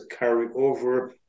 carryover